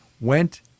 Went